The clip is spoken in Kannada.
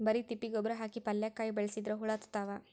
ಬರಿ ತಿಪ್ಪಿ ಗೊಬ್ಬರ ಹಾಕಿ ಪಲ್ಯಾಕಾಯಿ ಬೆಳಸಿದ್ರ ಹುಳ ಹತ್ತತಾವ?